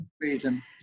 Freedom